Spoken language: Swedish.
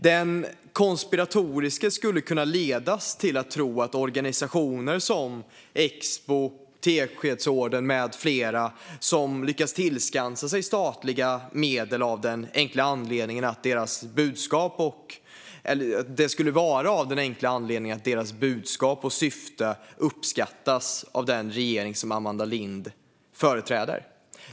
Den konspiratoriske skulle kunna ledas till att tro att den enkla anledningen till att organisationer som Expo, Teskedsorden med flera lyckas tillskansa sig statliga medel skulle vara att deras budskap och syfte uppskattas av den regering som Amanda Lind företräder.